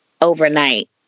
overnight